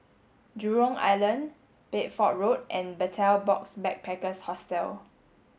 Jurong Island Bedford Road and Betel Box Backpackers Hostel